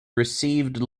received